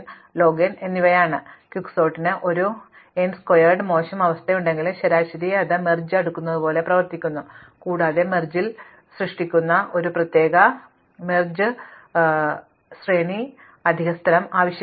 അതിനാൽ ക്വിക്സോർട്ടിന് ഒരു ഒ n സ്ക്വയേർഡ് മോശം അവസ്ഥയുണ്ടെങ്കിലും ശരാശരി അത് ലയനം അടുക്കുന്നതുപോലെ പ്രവർത്തിക്കുന്നു കൂടാതെ ലയനം അടുക്കുന്ന ചില കുഴികൾ ഇല്ലാതെ പ്രത്യേകിച്ചും ഒരു ലയന ശ്രേണി സൃഷ്ടിക്കുന്നതിന് അധിക സ്ഥലം ആവശ്യമില്ല